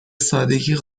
سادگی